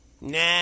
Nah